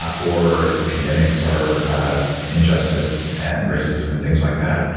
or pandemics, or injustice and racism and things like that.